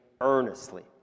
earnestly